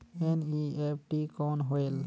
NEFT कौन होएल?